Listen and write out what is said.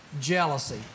jealousy